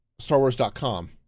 StarWars.com